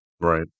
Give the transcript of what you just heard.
right